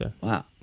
Wow